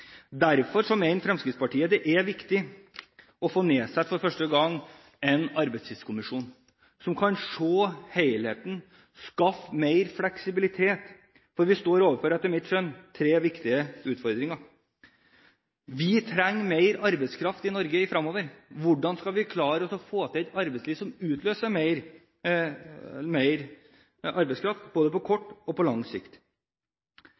få satt ned en arbeidstidskommisjon som kan se helheten, skaffe mer fleksibilitet, for etter mitt skjønn står vi overfor tre viktige utfordringer. Vi trenger mer arbeidskraft i Norge fremover. Hvordan skal vi klare å få til et arbeidsliv som utløser mer arbeidskraft, både på kort og på lang sikt?